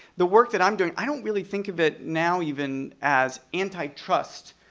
the work that i'm doing, i don't really think of it now even as antitrust,